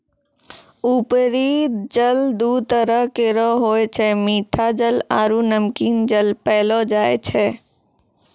उपरी जल दू तरह केरो होय छै मीठा जल आरु नमकीन जल पैलो जाय छै